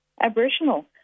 Aboriginal